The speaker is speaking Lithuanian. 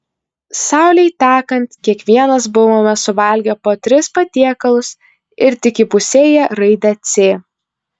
saulei tekant kiekvienas buvome suvalgę po tris patiekalus ir tik įpusėję raidę c